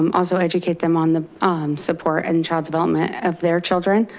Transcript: um also educate them on the support and child's development of their children.